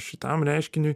šitam reiškiniui